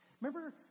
Remember